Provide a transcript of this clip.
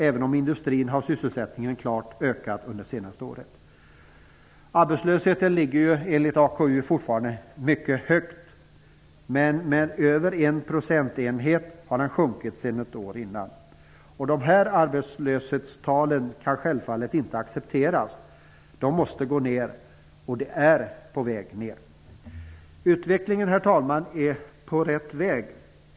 Även inom industrin har sysselsättningen klart ökat under det senaste året. - Arbetslösheten ligger enligt AKU fortfarande mycket högt, men den har sjunkit med en procentenhet sedan året innan. Dessa arbetslöshetstal kan självfallet inte accepteras - de måste gå ner, och de är på väg ner. Herr talman! Utvecklingen är på rätt väg.